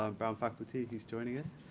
um brown faculty. he's joining us.